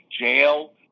jail